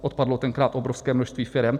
Odpadlo tenkrát obrovské množství firem.